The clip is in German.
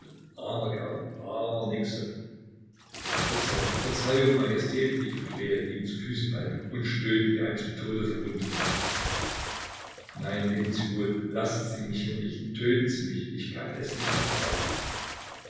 verzeihung verzeihung majestät rief rylejew ihm zu füßen fallend und stöhnte wie ein zu tode verwundeter nein leben sie wohl lassen sie mich hinrichten töten sie mich ich kann es nicht ertragen